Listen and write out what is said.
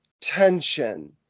tension